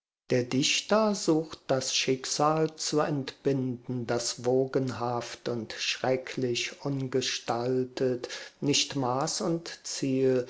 der dichter sucht das schicksal zu entbinden das wogenhaft und schrecklich ungestaltet nicht maß noch ziel